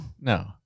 no